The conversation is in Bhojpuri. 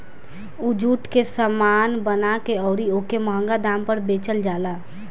उ जुटे के सामान बना के अउरी ओके मंहगा दाम पर बेचल जाला